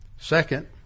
Second